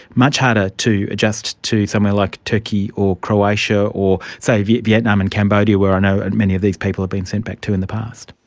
much harder to adjust to somewhere like turkey or croatia or, say, yeah vietnam and cambodia where i know and many of these people been sent back to in the past.